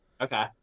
Okay